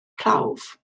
prawf